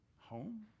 home